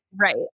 right